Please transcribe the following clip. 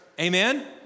Amen